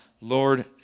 Lord